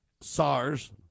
SARS